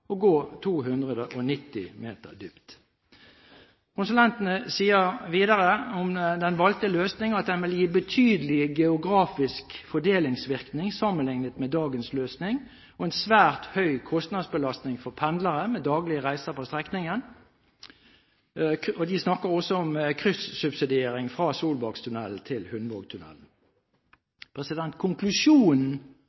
gå 290 m dypt. Konsulentene sier videre: «Den valgte løsningen gir betydelige geografiske fordelingsvirkninger sammenliknet med dagens løsning, og en svært høy kostnadsbelastning for pendlere med daglige reiser på strekningen.» De snakker også om «kryssubsidiering fra Solbakktunnelen til Hundvågtunnelen».